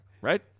right